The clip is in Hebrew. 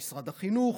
למשרד החינוך,